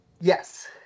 Yes